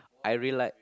I really like